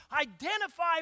identify